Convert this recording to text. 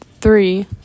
Three